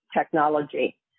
technology